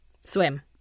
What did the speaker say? Swim